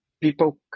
People